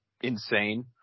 insane